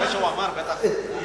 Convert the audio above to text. יהודי בביתך, אני,